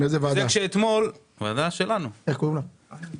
וזה